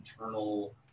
internal